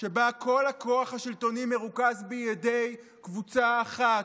שבה כל הכוח השלטוני מרוכז בידי קבוצה אחת,